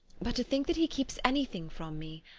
but to think that he keeps anything from me!